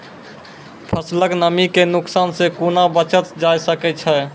फसलक नमी के नुकसान सॅ कुना बचैल जाय सकै ये?